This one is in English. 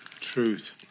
Truth